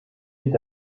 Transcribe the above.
est